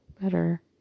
better